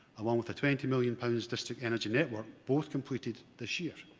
along with twenty million pounds district energy network, both completed this year.